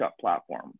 platform